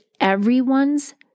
everyone's